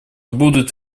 будут